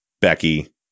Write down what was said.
Becky